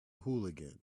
hooligan